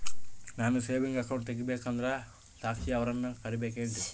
ನಾನು saving account ತೆಗಿಬೇಕಂದರ ಸಾಕ್ಷಿಯವರನ್ನು ಕರಿಬೇಕಿನ್ರಿ?